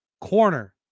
Corner